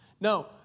No